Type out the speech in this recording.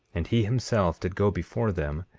and he himself did go before them,